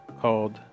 called